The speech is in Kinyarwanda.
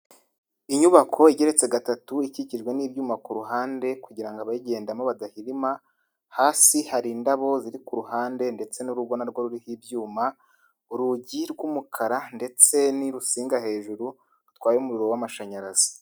Inyubako igereretse gatatu ikikijwe n'ibyuma ku ruhande kugirango abayigendamo badahirima, hasi hari indabo ziri ku ruhande ndetse n'urugo na rwo ruri ho ibyuma, urugi rw'umukara ndetse n'urusinga hejuru rutwaye umuriro w'amashanyarazi.